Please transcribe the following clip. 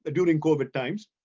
ah during covid times,